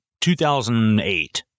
2008